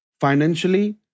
financially